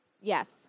Yes